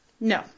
No